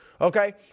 okay